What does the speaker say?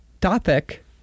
topic